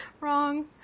wrong